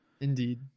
Indeed